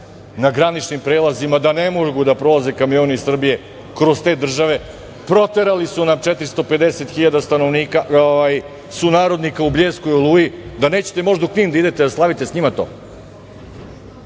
na graničnim prelazima da ne mogu da prolaze kamioni iz Srbije kroz te države. Proterali sam nam 450.000 stanovnika, sunarodnika u „Bljesku“ i „Oluji“. Da nećete možda u Knin da idete da slavite sa njima to?